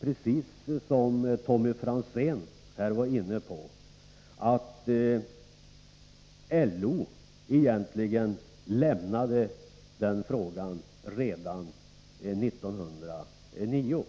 precis som Tommy Franzén här påpekade, att LO egentligen lämnade frågan redan 1909.